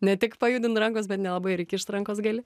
ne tik pajudint rankos bet nelabai ir įkišt rankos gali